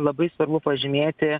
labai svarbu pažymėti